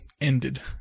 ended